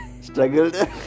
struggled